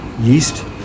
yeast